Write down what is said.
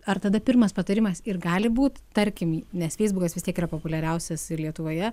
ar tada pirmas patarimas ir gali būt tarkim nes feisbukas vis tiek yra populiariausias ir lietuvoje